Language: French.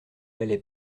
allait